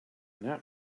that